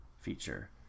feature